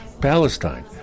Palestine